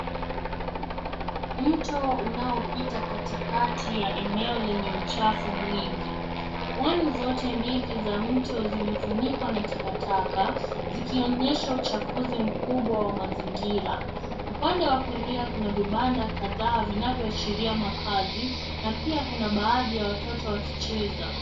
Mto unaopita katikati ya eneo lenye uchafu mwingi. Pande zote mbili za mto zimefunikwa na takataka zikionyesha uchafuzi mkubwa wa mazingira. Upande wa kulia kuna vibanda kadhaa vinavyoashiria makazi na pia kuna baadhi ya watoto wakicheza.